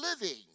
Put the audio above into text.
living